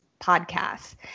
podcast